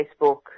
Facebook